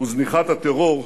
וזניחת הטרור,